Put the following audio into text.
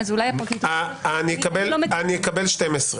אני לא מכירה את זה.